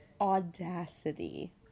audacity